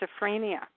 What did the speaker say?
schizophrenia